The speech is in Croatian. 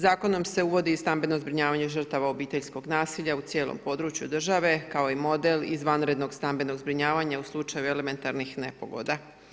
Zakonom se uvodi i stambeno zbrinjavanje žrtava obiteljskog nasilja u cijelom području države kao i model izvanrednog stambenog zbrinjavanja u slučaju elementarnih nepogoda.